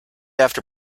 after